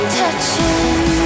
touching